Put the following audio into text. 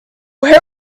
where